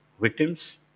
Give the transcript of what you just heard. victims